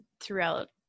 throughout